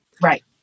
Right